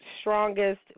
strongest